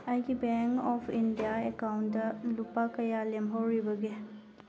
ꯑꯩꯒꯤ bank of India account ꯂꯨꯄꯥ ꯀꯌꯥ ꯂꯦꯝꯍꯧꯔꯤꯕꯒꯦ